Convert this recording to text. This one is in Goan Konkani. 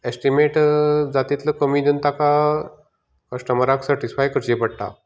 एस्टीमेट जात तितलो कमी दिवन ताका कस्टमराक सेटीसफाय करचें पडटा